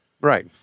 right